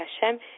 Hashem